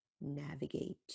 navigate